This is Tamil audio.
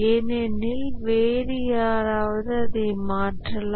ஏனெனில் வேறு யாராவது அதை மாற்றலாம்